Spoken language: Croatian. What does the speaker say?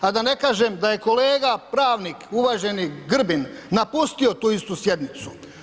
A da ne kažem da je kolega pravnik uvaženi Grbin napustio tu istu sjednicu.